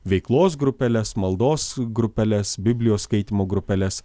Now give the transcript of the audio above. veiklos grupeles maldos grupeles biblijos skaitymo grupeles